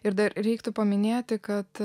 ir dar reiktų paminėti kad